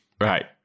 right